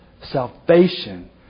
Salvation